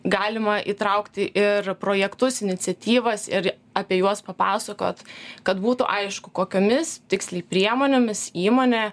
galima įtraukti ir projektus iniciatyvas ir apie juos papasakot kad būtų aišku kokiomis tiksliai priemonėmis įmonė